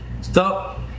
Stop